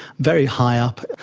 very high up,